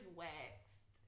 waxed